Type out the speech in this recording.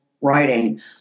writing